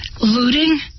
looting